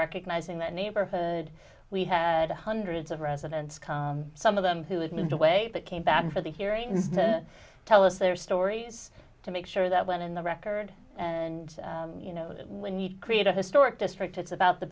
recognizing that neighborhood we had hundreds of residents some of them who had moved away but came back for the hearings to tell us their stories to make sure that when in the record and you know when you create a historic district it's about the